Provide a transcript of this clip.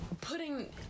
putting